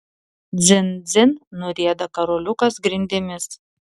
dzin dzin nurieda karoliukas grindimis